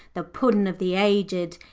the puddin' of the aged.